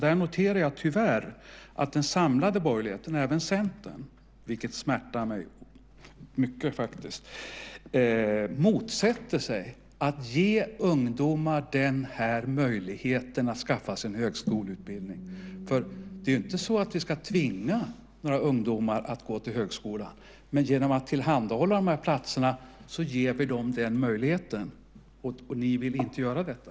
Där noterar jag tyvärr att den samlade borgerligheten - även Centern, vilket smärtar mig mycket, faktiskt - motsätter sig att ge ungdomar den här möjligheten att skaffa sig en högskoleutbildning. Vi ska inte tvinga några ungdomar att gå till högskolan, men genom att tillhandahålla de här platserna ger vi dem den möjligheten, och ni vill inte göra detta.